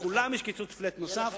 בכולם יש קיצוץ flat נוסף,